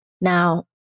Now